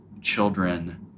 children